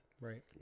Right